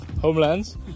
Homelands